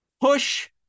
push